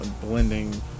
blending